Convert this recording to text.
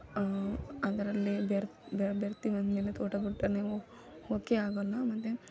ಅದರಲ್ಲಿ ಬೆರೆ ಬೆರೆ ಬೆರಿತೀವಂದ್ಮೇಲೆ ತೋಟ ಗುಡ್ಡ ನೀವು ಹೋಕೆ ಆಗೋಲ್ಲ ಮತ್ತು